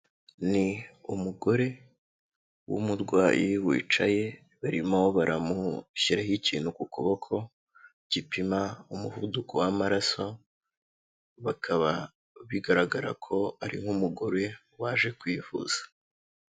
Ni umugore w'umurwayi wicaye barimo baramushyiraho ikintu ku kuboko, gipima umuvuduko w'amaraso bakaba bigaragara ko ari nk'umugore waje kwivuza.